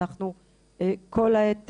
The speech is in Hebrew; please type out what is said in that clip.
כל העת,